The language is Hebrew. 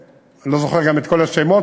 אני כבר לא זוכר את כל השמות,